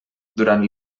durant